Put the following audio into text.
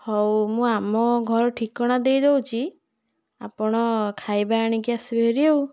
ହଉ ମୁଁ ଆମ ଘର ଠିକଣା ଦେଇ ଦେଉଛି ଆପଣ ଖାଇବା ଆଣିକି ଆସିବେ ହେରି ଆଉ